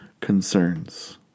concerns